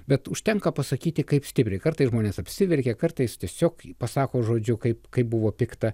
bet užtenka pasakyti kaip stipriai kartais žmonės apsiverkia kartais tiesiog pasako žodžiu kaip kai buvo pikta